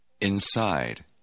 Inside